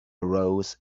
arose